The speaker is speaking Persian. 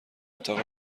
اتاق